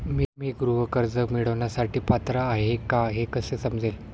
मी गृह कर्ज मिळवण्यासाठी पात्र आहे का हे कसे समजेल?